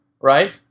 right